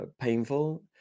painful